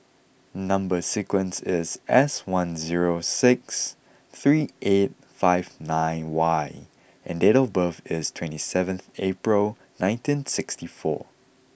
number sequence is S one zero six three eight five nine Y and date of birth is twenty seven April nineteen sixty four